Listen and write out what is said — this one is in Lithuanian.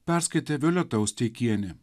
perskaitė violeta osteikienė